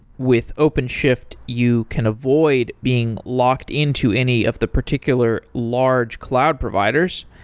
with openshift, you can avoid being locked into any of the particular large cloud providers.